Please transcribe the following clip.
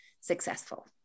successful